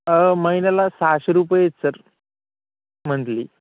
महिन्याला सहाशे रुपय आहेत सर मंथली